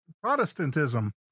Protestantism